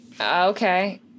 Okay